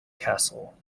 castle